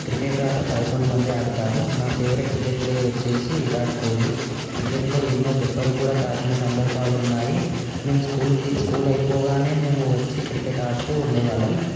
cricket ఆట పదకొండు మంది ఆడుతారు నా ఫేవరెట్ క్రికెట్ ప్లేయర్ వచ్చేసి విరాట్ కోహ్లీ క్రికెట్లో ఎన్నో దెబ్బలు కూడా తాకిన సందర్భాలు ఉన్నాయి మేం స్కూల్కి స్కూల్ అయిపోగానే మేము వచ్చి క్రికెట్ ఆడుతూ ఉండేవాళ్ళం